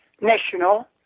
national